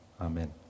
Amen